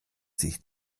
sich